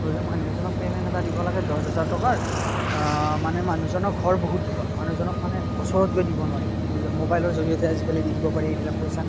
ধৰি লওক মানুহ এজনক পেমেণ্ট এটা দিব লাগে দছ হেজাৰ টকাৰ মানে মানুহজনৰ ঘৰ বহুত দূৰত মানুহজনক মানে ওচৰত গৈ দিব নোৱাৰি মোবাইলৰ জৰিয়তে দি দিব পাৰি এইবিলাক পইচা